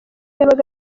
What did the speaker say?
yabaga